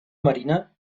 marina